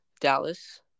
Dallas